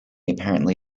apparently